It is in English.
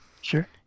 sure